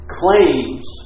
claims